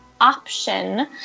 option